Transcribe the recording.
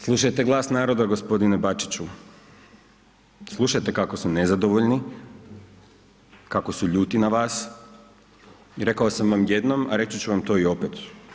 Slušajte glas naroda gospodine Bačića, slušajte kako su nezadovoljni, kako su ljuti na vas i rekao sam vam jednom, a reći ću vam to i opet.